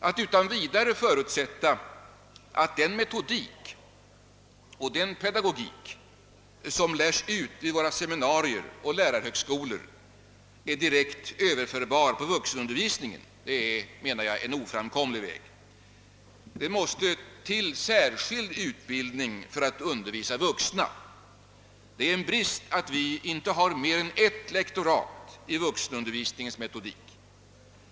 Att utan vidare förutsätta att den metodik och pedagogik som lärs ut vid våra seminarier och lärarhögskolor är direkt överförbar på vuxenundervisning är en oframkomlig väg. Det måste till särskild undervisning för att undervisa vuxna. Det är en brist att vi inte har mer än ett lektorat i vuxenundervisningens metodik.